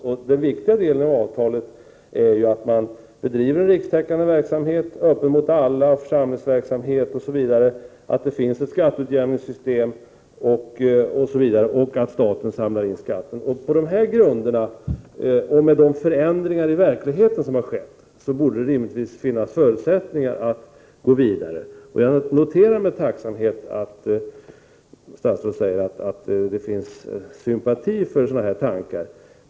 Och den viktiga delen i avtalet är att kyrkan bedriver en rikstäckande verksamhet som är öppen för alla, att det finns en församlingsverksamhet, att det skall finnas ett skatteutjämningssystem och att staten skall samla in skatten. På dessa grunder och med de förändringar som har skett i verkligheten borde det rimligtvis finnas förutsättningar att gå vidare. Jag noterar med tacksamhet att statsrådet säger att det finns sympati för sådana tankar.